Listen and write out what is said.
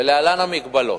להלן המגבלות: